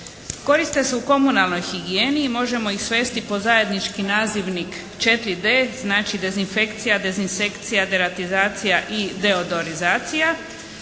Koriste se u komunalnoj higijeni i možemo ih svesti pod zajednički nazivnik 4D, znači dezinfekcija, dezinsekcija, deratizacija i deodorizacija.